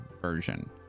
version